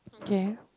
okay